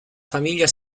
famiglia